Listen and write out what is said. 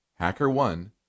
HackerOne